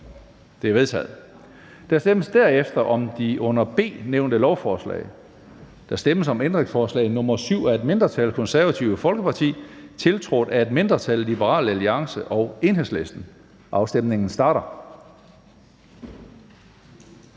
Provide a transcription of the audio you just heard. De er vedtaget. Der stemmes derefter om det under B nævnte lovforslag: Der stemmes om ændringsforslag nr. 7 af et mindretal (KF), tiltrådt af et mindretal (LA og EL). Afstemningen starter.